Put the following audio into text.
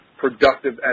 productive